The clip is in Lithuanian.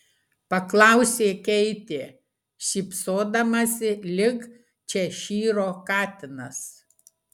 paklausė keitė šypsodamasi lyg češyro katinas